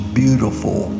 beautiful